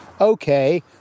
Okay